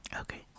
okay